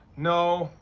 no.